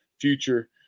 future